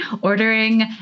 ordering